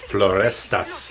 Florestas